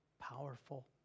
powerful